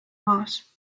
maas